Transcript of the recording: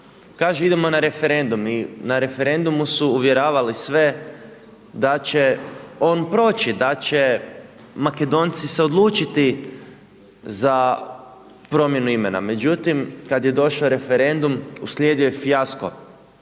kaže idemo na referendum i na referendumu su uvjeravali sve da će on proći, da će Makedonci se odlučiti za promjenu imena. Međutim, kad je došao referendum, uslijedio je fijasko.